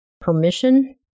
permission